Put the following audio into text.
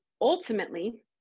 ultimately